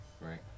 Right